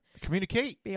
communicate